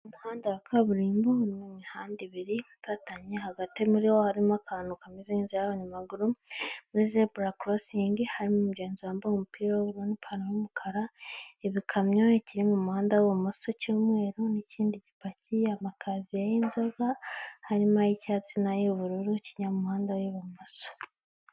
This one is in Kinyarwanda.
Umuhanda wa kaburimbo urimo imihanda ibiri ifatanye hagati muriwo harimo akantu kameze nk'inzira y'abanyamaguru, muri zebura korosingi harimo umugenzi wambaye umupira w'ubururu n'ipantaro y'umukara. Ibikamyo ikiri mu muhanda w'ibumoso cy'umweru n'ikindi gipakiye amakaziye y'inzoga, harimo ay'icyatsi nay'ubururu kijya mu muhanda w'ibumoso.